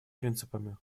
принципами